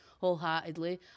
wholeheartedly